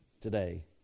today